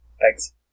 Thanks